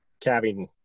Calving